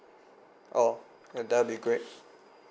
oh then that'll be great